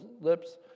lips